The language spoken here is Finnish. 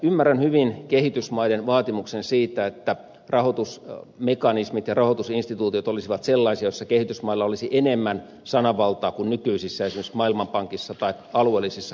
ymmärrän hyvin kehitysmaiden vaatimuksen siitä että rahoitusmekanismit ja rahoitusinstituutiot olisivat sellaisia joissa kehitysmailla olisi enemmän sananvaltaa kuin nykyisissä esimerkiksi maailmanpankissa tai alueellisissa kehitysrahoituslaitoksissa